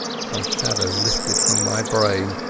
some shadow lifted from my brain,